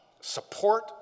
support